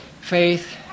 faith